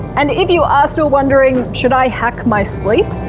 and if you are still wondering should i hack my sleep?